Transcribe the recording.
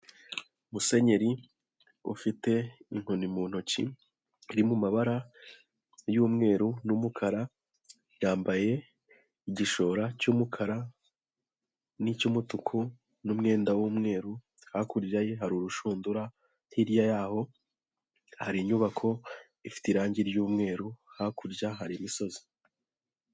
Musenyeri ufite inkoni mu ntoki, iri mu mabara y'umweru n'umukara, yambaye igishora cy'umukara n'icy'umutuku n'umwenda w'umweru, hakurya ye hari urushundura hirya y'aho hari inyubako ifite irangi ry'umweru, hakurya hari imisozi.